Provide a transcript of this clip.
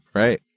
right